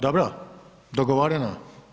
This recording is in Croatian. Dobro, dogovoreno?